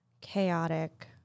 chaotic